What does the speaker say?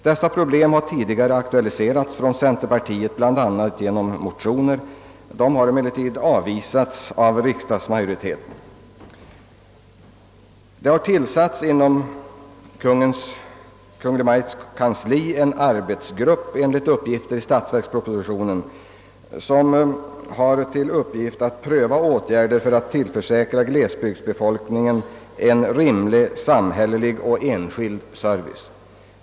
Dessa problem har tidigare aktualiserats från centerpartiet bl.a. genom motioner, som emellertid avvisats av riksdagsmajoriteten. Det har, enligt uppgifter i statsverkspropositionen, inom Kungl. Maj:ts kansli tillsatts en arbetsgrupp, som skall pröva åtgärder för att tillförsäkra glesbygdsbefolkningen en rimlig samhällelig och enskild service.